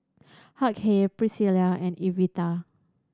Hughey Pricilla and Evita